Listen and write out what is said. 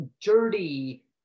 dirty